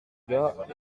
gars